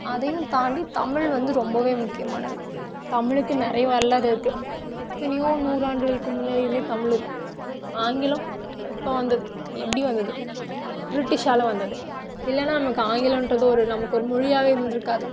அதையும் தாண்டி தமிழ் வந்து ரொம்பவே முக்கியமானது தமிழுக்கு நிறைய வரலாறு இருக்குது எத்தனையோ நூறாண்டுகளுக்கு முன்னாடி இருந்தே தமிழ் இருக்குது ஆங்கிலம் இப்போது வந்தது எப்படி வந்தது பிரிட்டிஷால் வந்தது இல்லைனா நமக்கு ஆங்கிலம்ன்கிறது ஒரு நமக்கு மொழியாகவே இருந்திருக்காது